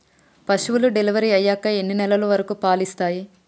పశువులు డెలివరీ అయ్యాక ఎన్ని నెలల వరకు పాలు ఇస్తాయి?